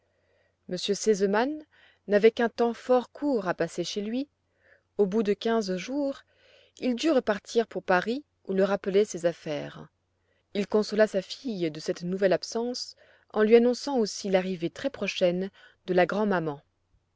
r sesemann n'avait qu'un temps fort court à passer chez lui au bout de quinze jours il dut repartir pour paris où le rappelaient ses affaires il consola sa fille de cette nouvelle absence en lui annonçant aussi l'arrivée très prochaine de la grand maman